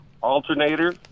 alternator